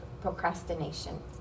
procrastination